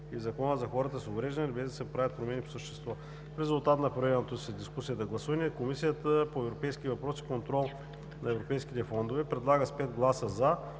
в Закона за хората с увреждания, без да се правят промени по същество. В резултат на проведеното след дискусията гласуване Комисията по европейските въпроси и контрол на европейските фондове предлага с 5 гласа „за“